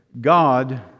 God